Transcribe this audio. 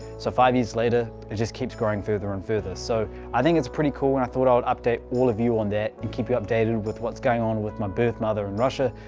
so five years later, it just keeps growing further and further. so i think it's pretty cool and i thought i'd update all of you on that and keep you updated with whats going on with my birth mother in russia,